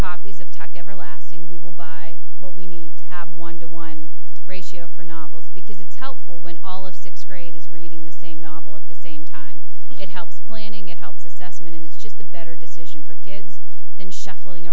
copies of tuck everlasting we will buy what we need to have one to one ratio for novels because it's helpful when all of sixth grade is reading the same novel at the same time it helps planning it helps assessment and it's just the better decision for kids than shuffling